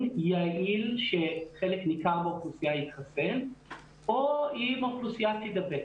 יעיל שחלק ניכר מאוכלוסייה יקבל או אם האוכלוסייה תידבק.